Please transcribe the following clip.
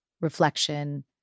reflection